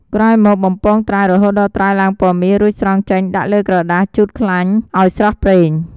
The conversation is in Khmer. ក្រោយមក បំពងត្រាវ រហូតដល់ត្រាវឡើងពណ៌មាស រួចស្រង់ចេញដាក់លើក្រដាសជូតខ្លាញ់ឱ្យស្រស់ប្រេង។